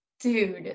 Dude